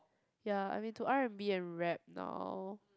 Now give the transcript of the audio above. ya I'm into R and B and rap now